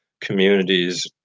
communities